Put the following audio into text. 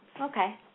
okay